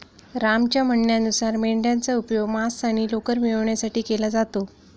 रामच्या म्हणण्यानुसार मेंढयांचा उपयोग मांस आणि लोकर मिळवण्यासाठी केला जातो